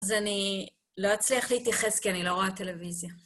אז אני לא אצליח להתייחס כי אני לא רואה טלוויזיה.